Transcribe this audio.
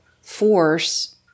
force